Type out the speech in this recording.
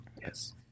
yes